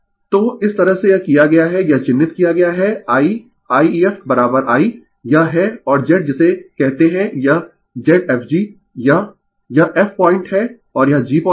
तो इस तरह से यह किया गया है यह चिह्नित किया गया है I IefI यह है और Z जिसे कहते है यह Zfg यह यह f पॉइंट है और यह g पॉइंट है